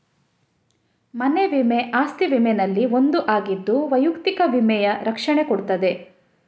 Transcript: ಮನೆ ವಿಮೆ ಅಸ್ತಿ ವಿಮೆನಲ್ಲಿ ಒಂದು ಆಗಿದ್ದು ವೈಯಕ್ತಿಕ ವಿಮೆಯ ರಕ್ಷಣೆ ಕೊಡ್ತದೆ